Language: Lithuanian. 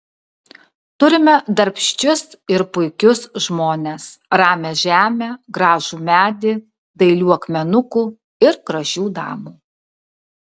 turime darbščius ir puikius žmones ramią žemę gražų medį dailių akmenukų ir gražių damų